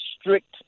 strict